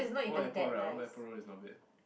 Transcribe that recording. Old-Airport-Road ah Old-Airport-Road is not bad